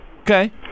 Okay